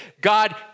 god